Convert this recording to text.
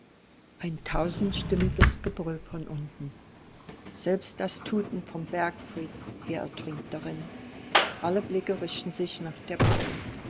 ein tausendstimmiges gebrüll von unten selbst das tuten vom bergfried her ertrinkt darin alle blicke richten sich nach der brücke